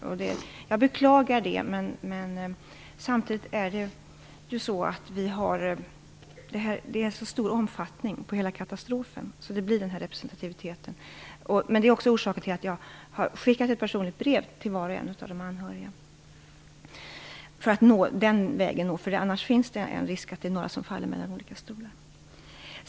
Jag beklagar det, men katastrofen har så stor omfattning att vi tvingas ha denna representativa kontakt. Det är också orsaken till att jag har skickat ett personligt brev till var och en av de anhöriga för att nå dem på den vägen. Annars hade risken varit att några hade fallit mellan olika stolar.